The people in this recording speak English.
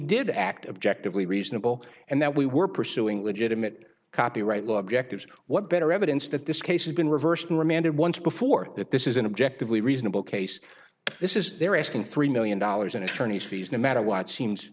did act objectively reasonable and that we were pursuing legitimate copyright law objectives what better evidence that this case has been reversed and remanded once before that this is an objective lea reasonable case this is their asking three million dollars in attorney's fees no matter what seems